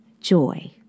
joy